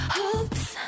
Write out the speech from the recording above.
hopes